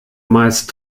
meist